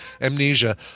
amnesia